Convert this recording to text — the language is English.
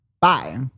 Bye